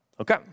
Okay